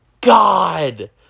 God